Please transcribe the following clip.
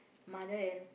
mother and